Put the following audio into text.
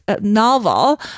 novel